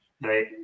Right